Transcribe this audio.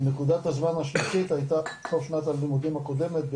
נקודת הזמן השלישית הייתה סוף שנת הלימודים הקודמת,